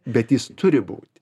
bet jis turi būti